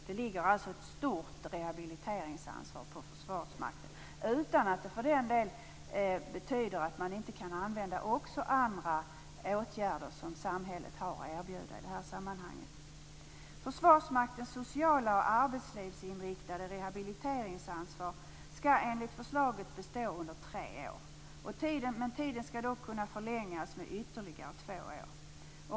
Det ligger alltså ett stort rehabiliteringsansvar på Försvarsmakten, utan att detta betyder att man inte kan tillgripa också andra åtgärder som samhället har att erbjuda i detta sammanhang. Försvarsmaktens sociala och arbetslivsinriktade rehabiliteringsansvar skall enligt förslaget bestå under tre år. Tiden skall dock kunna förlängas med ytterligare två år.